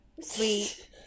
sweet